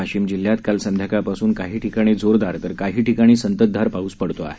वाशिम जिल्ह्यात काल संध्याकाळपासून काही ठिकाणी जोरदार तर काही ठिकाणी संतत धार पाऊस पडत आहे